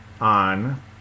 on